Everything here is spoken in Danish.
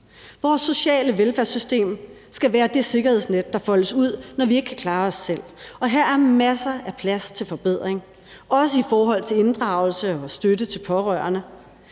Vores sociale velfærdssystem skal være det sikkerhedsnet, der foldes ud, når vi ikke kan klare os selv, og her er masser af plads til forbedring, også i forhold til inddragelse og støtte til pårørende.